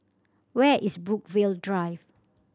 where is Brookvale Drive